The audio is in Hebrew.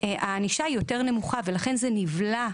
הענישה היא יותר נמוכה ולכן זה נבלע.